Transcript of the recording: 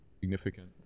significant